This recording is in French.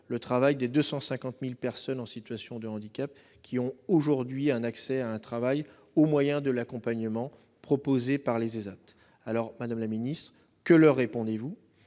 le travail des 250 000 personnes en situation de handicap qui ont aujourd'hui accès à un travail au moyen de l'accompagnement proposé par les ESAT. Madame la secrétaire d'État, que leur répondez-vous ?